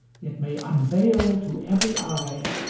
it may unveil to every eye,